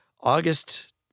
August